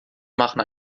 machen